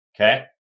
okay